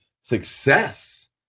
success